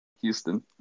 Houston